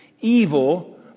evil